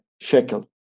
shekel